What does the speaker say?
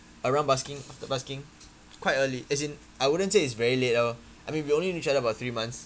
around busking busking quite early as in I wouldn't say it's very late lor I mean we only knew each other about three months